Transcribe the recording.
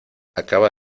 acaba